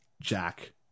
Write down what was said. Jack